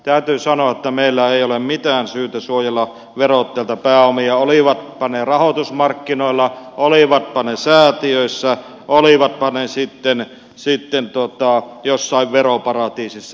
täytyy sanoa että meillä ei ole mitään syytä suojella verottajalta pääomia olivatpa ne rahoitusmarkkinoilla olivatpa ne säätiöissä olivatpa ne sitten jossain veroparatiisissa